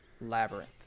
labyrinth